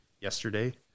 yesterday